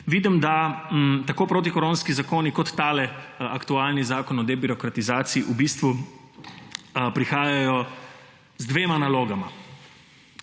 da tako protikoronski zakoni kot ta aktualni zakon o debirokratizaciji v bistvu prihajajo z dvema nalogama.